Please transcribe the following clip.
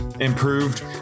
improved